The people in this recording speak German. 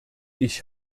ich